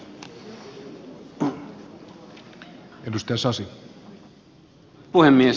arvoisa puhemies